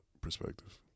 perspective